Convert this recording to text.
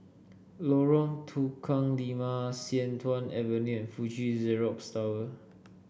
Lorong Tukang Lima Sian Tuan Avenue and Fuji Xerox Tower